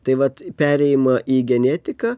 tai vat perėjimą į genetiką